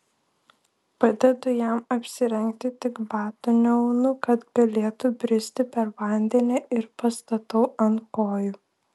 padedu jam apsirengti tik batų neaunu kad galėtų bristi per vandenį ir pastatau ant kojų